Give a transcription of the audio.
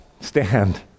Stand